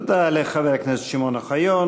תודה לחבר הכנסת שמעון אוחיון.